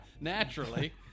naturally